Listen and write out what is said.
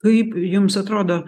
kaip jums atrodo